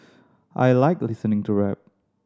I like listening to rap